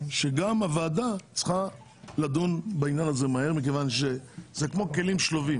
שגם הוועדה צריכה לדון בעניין הזה מהר מכיוון שזה כמו כלים שלובים